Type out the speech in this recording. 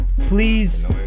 Please